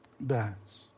bats